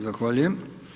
Zahvaljujem.